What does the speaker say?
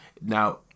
now